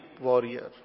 warrior